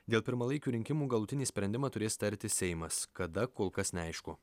dėl pirmalaikių rinkimų galutinį sprendimą turės tarti seimas kada kol kas neaišku